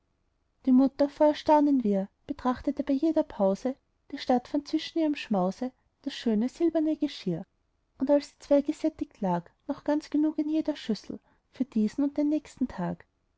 die mutter vor erstaunen wirr betrachtete bei jeder pause die stattfand zwischen ihrem schmause das schöne silberne geschirr und als die zwei gesättigt lag noch ganz genug in jeder schüssel für diesen und den nächsten tag